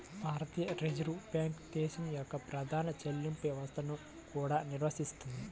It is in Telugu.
భారతీయ రిజర్వ్ బ్యాంక్ దేశం యొక్క ప్రధాన చెల్లింపు వ్యవస్థలను కూడా నిర్వహిస్తుంది